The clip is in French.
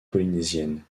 polynésienne